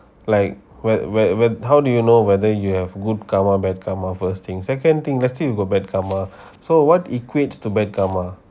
like when when when how do you whether you have good karma bad karma first thing second thing let's say you have bad karma so what equate to bad karma